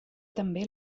també